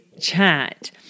chat